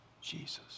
Jesus